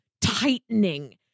tightening